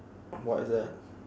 what's that